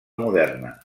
moderna